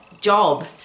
job